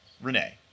Renee